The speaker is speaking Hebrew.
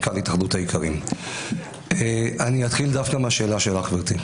אתחיל דווקא מהשאלה שלך, גברתי.